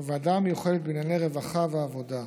בוועדה המיוחדת לענייני רווחה ועבודה,